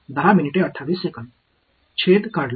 छेद काढला